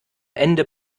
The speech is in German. ende